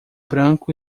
branco